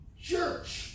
church